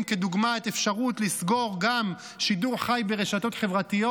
כדוגמת אפשרות לסגור גם שידור חי ברשתות חברתיות.